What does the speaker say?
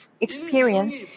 experience